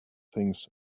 things